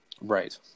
Right